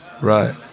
right